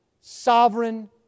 sovereign